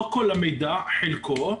לא כל המידע, חלקו,